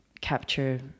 capture